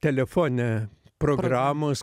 telefone programos